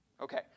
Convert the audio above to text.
Okay